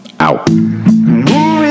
out